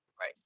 right